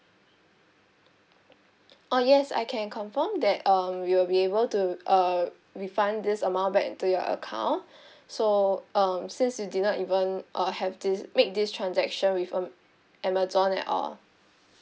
oh yes I can confirm that um we will be able to uh refund this amount back into your account so um since you did not even uh have this make this transaction with um amazon at all